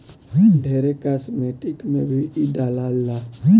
ढेरे कास्मेटिक में भी इ डलाला